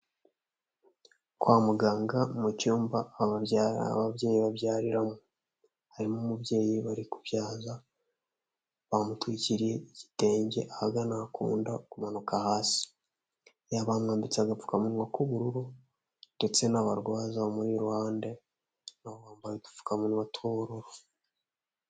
Kwa muganga mu cyumba ababyara ababyeyi babyariramo, harimo umubyeyi bari kubyaza bamutwikiriye igitenge ahagana akunda kumanuka hasi, ya bamwambitse agapfukamunwa k'ubururu ndetse n'abarwaza bamuri iruhande, nabo bambaye udupfukamunwa tw'ubururu.